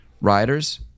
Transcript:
riders